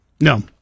No